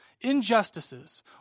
Injustices